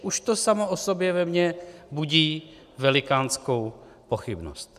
Už to samo o sobě ve mně budí velikánskou pochybnost.